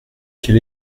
quel